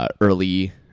early